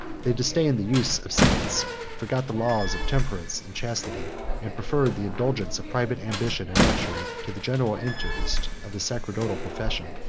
they disdained the use of synods forgot the laws of temperance and chastity and preferred the indulgence of private ambition and luxury to the general interest of the sacerdotal profession.